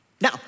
Now